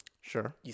Sure